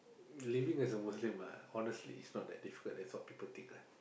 living as a muslim lah honestly it's not that difficult that's what people think ah